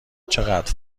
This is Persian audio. چقدر